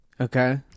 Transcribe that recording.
Okay